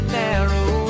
narrow